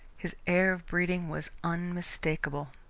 his air of breeding was unmistakable.